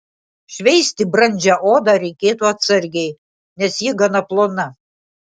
šveisti brandžią odą reikėtų atsargiai nes ji gana plona